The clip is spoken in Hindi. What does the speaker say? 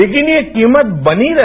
लेकिन ये कीमत बनी रहे